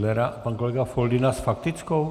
A pan kolega Foldyna s faktickou?